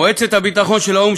מועצת הביטחון של האו"ם,